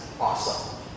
awesome